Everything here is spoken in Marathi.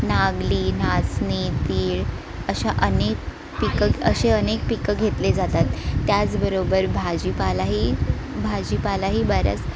नागली नाचणी तीळ अशा अनेक पिकं अशी अनेक पिकं घेतले जातात त्याचबरोबर भाजीपालाही भाजीपालाही बऱ्याच